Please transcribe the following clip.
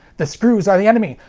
the screws are the enemy!